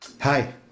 Hi